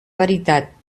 veritat